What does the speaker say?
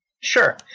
Sure